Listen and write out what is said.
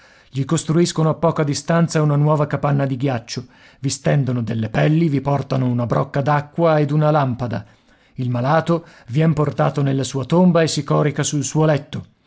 gli costruiscono a poca distanza una nuova capanna di ghiaccio vi stendono delle pelli vi portano una brocca d'acqua ed una lampada il malato vien portato nella sua tomba e si corica sul suo letto